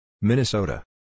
Minnesota